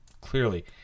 clearly